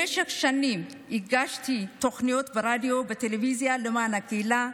במשך שנים הגשתי תוכניות ברדיו ובטלוויזיה למען הקהילה,